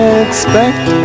expect